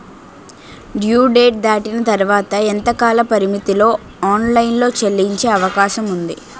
Due date దాటిన తర్వాత ఎంత కాలపరిమితిలో ఆన్ లైన్ లో చెల్లించే అవకాశం వుంది?